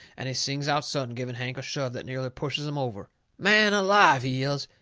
and he sings out sudden, giving hank a shove that nearly pushes him over man alive! he yells,